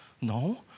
no